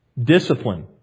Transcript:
discipline